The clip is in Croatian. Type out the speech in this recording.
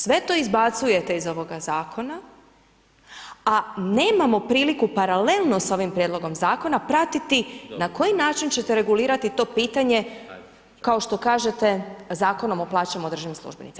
Sve to izbacujete iz ovoga zakona a nemamo priliku paralelno sa ovim prijedlogom zakona pratiti na koji način ćete regulirati to pitanje kao što kažete Zakonom o plaćama državnim službenicima.